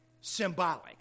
symbolic